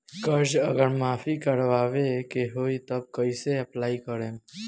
कर्जा अगर माफी करवावे के होई तब कैसे अप्लाई करम?